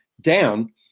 down